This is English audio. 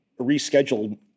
rescheduled